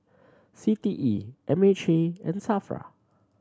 C T E M H A and SAFRA